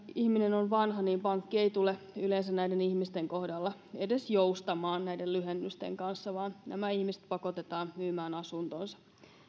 ihminen on vanha niin pankki ei tietenkään tule yleensä näiden ihmisen kohdalla edes joustamaan näiden lyhennysten kanssa vaan nämä ihmiset pakotetaan myymään asuntonsa